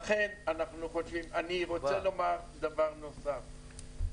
רוצה לומר דבר נוסף.